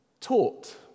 taught